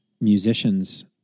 musicians